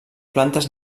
plantes